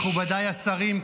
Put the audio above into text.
מכובדיי השרים,